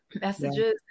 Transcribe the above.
messages